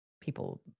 People